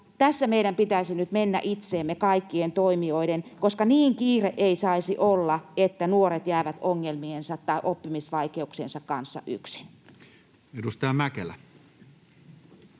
toimijoiden pitäisi nyt mennä itseemme, koska niin kiire ei saisi olla, että nuoret jäävät ongelmiensa tai oppimisvaikeuksiensa kanssa yksin. Edustaja Mäkelä.